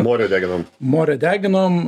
morę deginom morę deginom